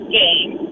game